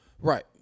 Right